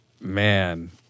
man